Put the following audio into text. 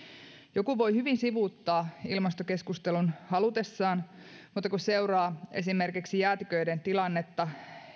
joku voi hyvin sivuuttaa ilmastokeskustelun halutessaan mutta kun seuraa esimerkiksi jäätiköiden tilannetta